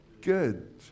good